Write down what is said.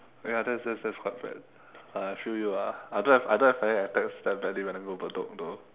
ya that that that's quite bad uh I feel you ah I don't have I don't have panic attacks that badly when I go bedok though